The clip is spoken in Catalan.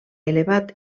elevat